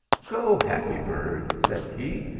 go. happy bird, said he,